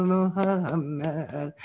Muhammad